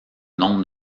nombre